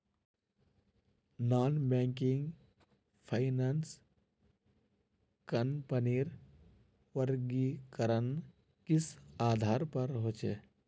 Non banking finance कंपनीर वर्गीकरण किस आधार पर होचे?